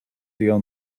deal